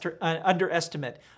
underestimate